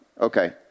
okay